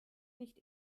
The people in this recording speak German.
nicht